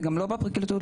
לא בפרקליטות,